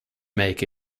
make